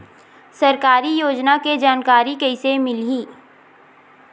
सरकारी योजना के जानकारी कइसे मिलही?